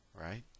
right